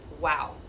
wow